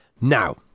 Now